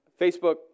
Facebook